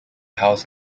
house